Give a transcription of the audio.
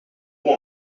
vous